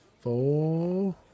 Four